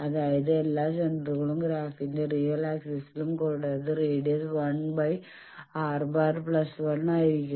അതായത് എല്ലാ സെന്ററുകളും ഗ്രാഫിന്റെ റിയൽ ആക്സിസിലും കൂടാതെ റേഡിയസ് 1R⁻ 1 ആയിരിക്കും